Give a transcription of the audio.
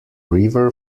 river